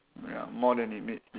ya more than it meets the eye